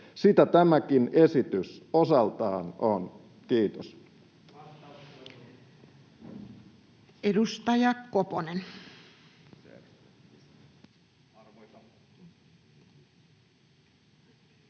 Sitä tämäkin esitys osaltaan on. — Kiitos.